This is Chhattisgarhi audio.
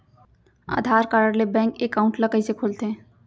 आधार कारड ले बैंक एकाउंट ल कइसे खोलथे?